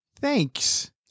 Thanks